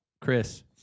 Chris